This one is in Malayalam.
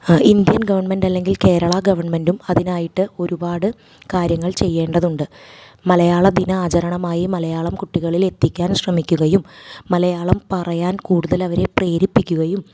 ഇന്ത്യൻ ഗവണ്മെൻറ്റ് അല്ലെങ്കിൽ കേരള ഗവണ്മെൻറ്റും അതിനായിട്ട് ഒരുപാട് കാര്യങ്ങൾ ചെയ്യേണ്ടതുണ്ട് മലയാള ദിനാചരണമായി മലയാളം കുട്ടികളിലെത്തിക്കാൻ ശ്രമിക്കുകയും മലയാളം പറയാൻ കൂടുതലവരെ പ്രേരിപ്പിക്കുകയും